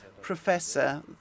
professor